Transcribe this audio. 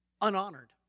unhonored